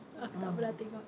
ah